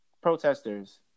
protesters